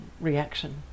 reaction